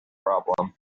problem